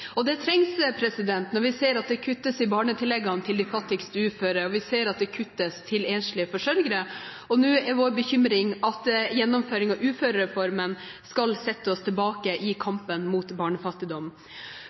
Det trengs når vi ser at det kuttes i barnetilleggene til de fattigste uføre, og vi ser at det kuttes til enslige forsørgere. Nå er vår bekymring at gjennomføringen av uførereformen skal sette oss tilbake i kampen mot barnefattigdom.